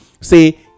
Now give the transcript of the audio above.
Say